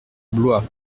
blois